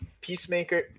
Peacemaker